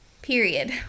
period